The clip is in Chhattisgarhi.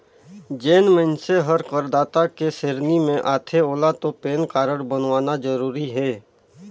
जेन मइनसे हर करदाता के सेरेनी मे आथे ओेला तो पेन कारड बनवाना जरूरी हे